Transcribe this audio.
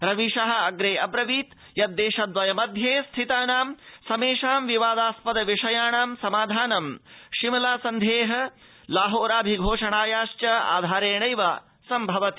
रवीशः अप्रे अब्रदीत् यद् देश द्वय मध्ये स्थितानां समेषां विवादास्पद विषयाणां समाधानं शिमला सन्धेः लाहौराभिघोषणायाश्चाधारेणैव सम्भवति